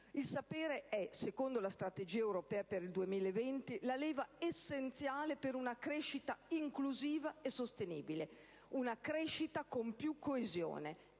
Il sapere è, secondo la Strategia Europea 2020, la leva essenziale per una crescita inclusiva e sostenibile, una crescita con più coesione;